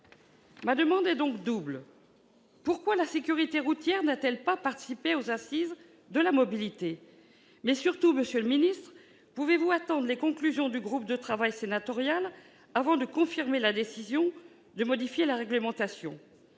Ma demande est donc double. Tout d'abord, pourquoi la sécurité routière n'a-t-elle pas participé aux Assises de la Mobilité ? Ensuite, et surtout, monsieur le Premier ministre, pouvez-vous attendre les conclusions du groupe de travail sénatorial avant de confirmer votre décision de modifier la réglementation ?